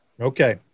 Okay